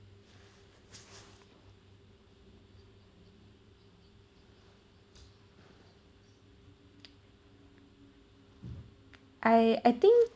I I think